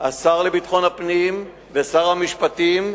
השר לביטחון הפנים ושר המשפטים,